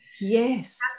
yes